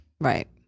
Right